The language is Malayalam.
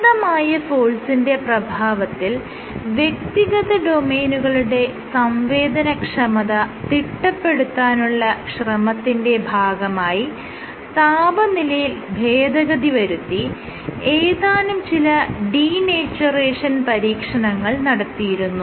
നിയതമായ ഫോഴ്സിന്റെ പ്രഭാവത്തിൽ വ്യക്തിഗത ഡൊമെയ്നുകളുടെ സംവേദനക്ഷമത തിട്ടപ്പെടുത്താനുള്ള ശ്രമത്തിന്റെ ഭാഗമായി താപനിലയിൽ ഭേദഗതി വരുത്തി ഏതാനും ചില ഡീനേച്ചറേഷൻ പരീക്ഷണങ്ങൾ നടത്തിയിരുന്നു